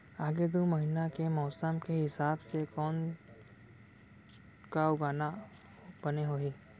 आगे दू महीना के मौसम के हिसाब से का उगाना बने होही?